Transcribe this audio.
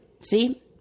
See